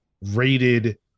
rated